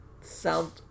sound